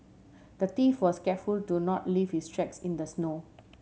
the thief was careful to not leave his tracks in the snow